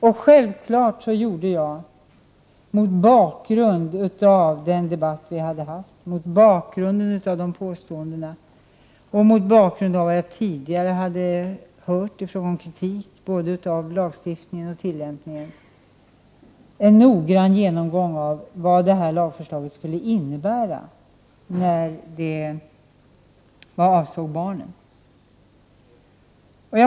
Och självfallet gjorde jag, mot bakgrund av den debatt vi hade fört, mot bakgrund av de påståenden som hade framförts och den kritik som jag hade hört mot både lagstiftningen och tillämpningen, en noggrann genomgång av vad det här lagförslaget skulle innebära när det gällde barnen.